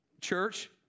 church